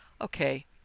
okay